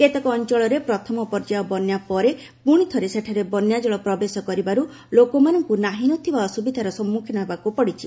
କେତେକ ଅଞ୍ଚଳରେ ପ୍ରଥମ ପର୍ଯ୍ୟାୟ ବନ୍ୟା ପରେ ପୁଣି ଥରେ ସେଠାରେ ବନ୍ୟାଜଳ ପ୍ରବେଶ କରିବାରୁ ଲୋକମାନଙ୍କୁ ନାହିଁ ନ ଥିବା ଅସୁବିଧାର ସମ୍ମୁଖୀନ ହେବାକୁ ପଡ଼ିଛି